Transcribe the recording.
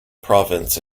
province